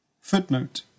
Footnote